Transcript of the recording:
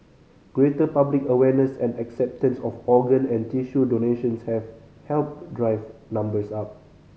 greater public awareness and acceptance of organ and tissue donations have helped drive numbers up